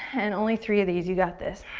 and only three of these. you got this.